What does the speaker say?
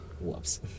Whoops